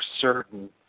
certain